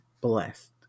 blessed